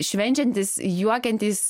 švenčiantys juokiantys